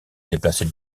déplacer